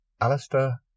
alistair